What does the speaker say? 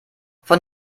von